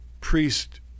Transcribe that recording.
priest